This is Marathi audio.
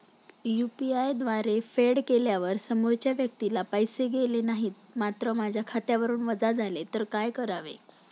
यु.पी.आय द्वारे फेड केल्यावर समोरच्या व्यक्तीला पैसे गेले नाहीत मात्र माझ्या खात्यावरून वजा झाले तर काय करावे?